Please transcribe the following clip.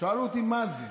שאלו אותי מה זה.